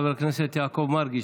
חבר הכנסת יעקב מרגי,